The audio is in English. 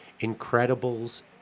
Incredibles